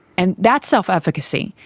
and that's self-efficacy,